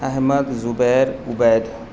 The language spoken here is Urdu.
احمد زبیر عبید